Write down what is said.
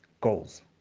goals